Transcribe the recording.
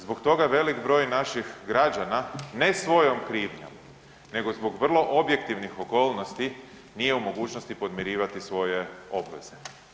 Zbog toga velik broj naših građana ne svojom krivnjom nego zbog vrlo objektivnih okolnosti nije u mogućnosti podmirivati svoje obveze.